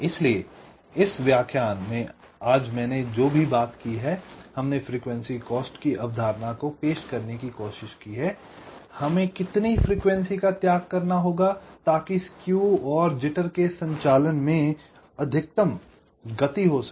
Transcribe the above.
इसलिए इस व्याख्यान में आज मैंने जो भी बात की है हमने फ्रीक्वेंसी कॉस्ट की अवधारणा को पेश करने की कोशिश की है हमें कितनी फ्रीक्वेंसी का त्याग करना होगा तांकि स्केव और जिटर के संचालन में अधिकतम गति हो सके